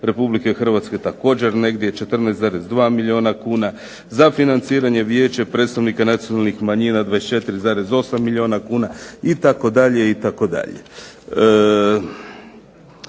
Republike Hrvatske također negdje 14,2 milijuna kuna, za financiranje vijeća predstavnika nacionalnih manjina 24,8 milijuna kuna itd.,